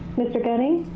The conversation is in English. mr. gunning?